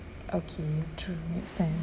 okay true make sense